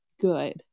good